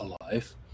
alive